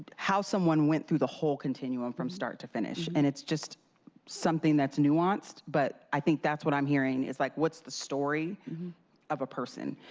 how someone went through the whole continuum from start to finish. and it's just something that's nuanced, but i think that's what i'm hearing. like what's the story of a person.